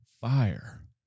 fire